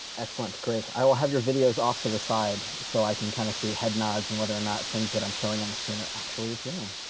excellent. great. i will have your video off to the side so i can kind of see head nods and whether or not things i'm sharing on the screen are actually appearing.